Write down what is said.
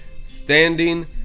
Standing